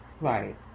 right